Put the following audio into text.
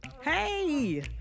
Hey